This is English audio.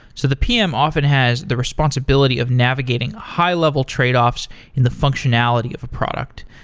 so the pm often has the responsibility of navigating high level tradeoffs in the functionality of a product.